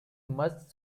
must